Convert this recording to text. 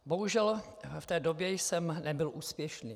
Bohužel, v té době jsem nebyl úspěšný.